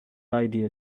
idea